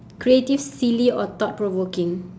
creative silly or thought provoking